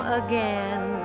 again